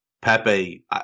Pepe